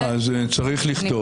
צריך לכתוב.